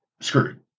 screwed